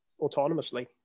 autonomously